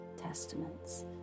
Testaments